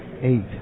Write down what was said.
eight